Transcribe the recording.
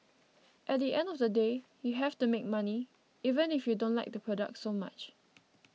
at the end of the day you have to make money even if you don't like the product so much